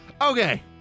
Okay